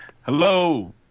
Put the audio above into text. Hello